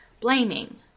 blaming